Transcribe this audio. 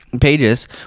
pages